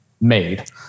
made